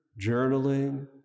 journaling